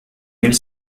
mille